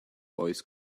voice